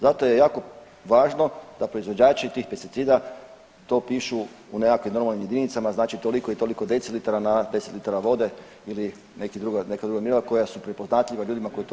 Zato je jako važno da proizvođači tih pesticida to pišu u nekakvim normalnim jedinicama, znači toliko i toliko decilitara na 10 litara vode ili neka druga mjerila koja su prepoznatljiva ljudima koji to